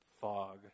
fog